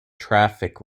traffic